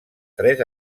tres